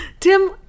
Tim